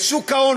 בשוק ההון,